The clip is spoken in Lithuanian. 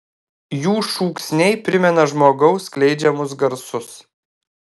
jų šūksniai primena žmogaus skleidžiamus garsus